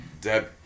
Deb